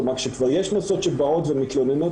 כלומר כשכבר יש נוסעות שבאות ומתלוננות